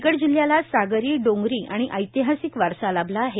रायगड जिल्ह्याला सागरी डोंगरी आणि ऐतिहासिक वारसा लाभला आहे